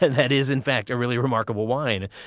that is in fact a really remarkable wine.